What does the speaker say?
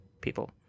people